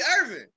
Irving